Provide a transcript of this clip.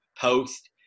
post